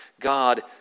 God